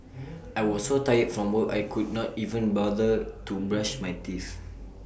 I was so tired from work I could not even bother to brush my teeth